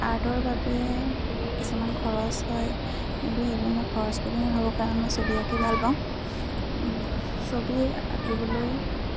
আৰ্টৰ বাবে কিছুমান খৰচ হয় কিন্তু সেইবোৰ মই খৰচ বুলি নাভাবোঁ কাৰণ মই ছবি আঁকি ভাল পাওঁ ছবি আঁকিবলৈ